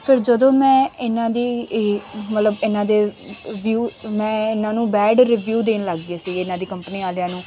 ਫਿਰ ਜਦੋਂ ਮੈਂ ਇਨ੍ਹਾਂ ਦੀ ਇਹ ਮਤਲਬ ਇਨ੍ਹਾਂ ਦੇ ਵਿਊ ਮੈਂ ਇਨ੍ਹਾਂ ਨੂੰ ਬੈਡ ਰੀਵਿਊ ਦੇਣ ਲੱਗਗੇ ਸੀਗੇ ਇਨ੍ਹਾਂ ਦੀ ਕੰਪਨੀ ਵਾਲਿਆਂ ਨੂੰ